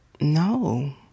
No